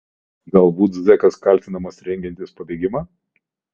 galbūt zekas kaltinamas rengiantis pabėgimą